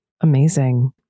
Amazing